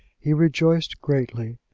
he rejoiced greatly,